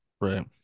Right